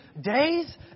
days